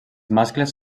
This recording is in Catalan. mascles